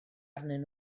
arnyn